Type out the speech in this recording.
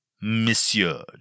Monsieur